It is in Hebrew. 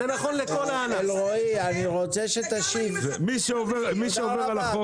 מי שעובר על החוק